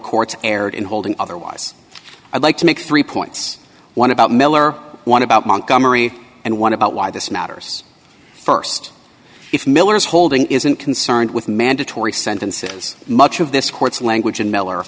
courts erred in holding otherwise i'd like to make three points one about miller one about montgomery and one about why this matters st if miller's holding isn't concerned with mandatory sentences much of this court's language in miller